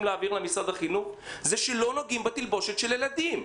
להעביר למשרד החינוך הוא שלא נוגעים בתלבושת של הילדים.